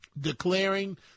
declaring